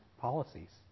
policies